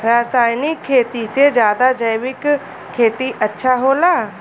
रासायनिक खेती से ज्यादा जैविक खेती अच्छा होला